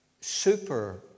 super